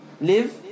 Live